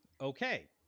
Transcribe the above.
okay